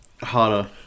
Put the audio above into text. harder